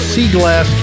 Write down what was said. Seaglass